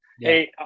Hey